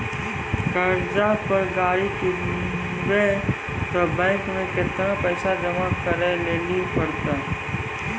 कर्जा पर गाड़ी किनबै तऽ बैंक मे केतना पैसा जमा करे लेली पड़त?